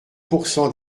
pourcents